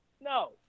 no